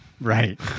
Right